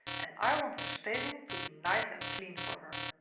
and i want her stable to be nice and clean for her.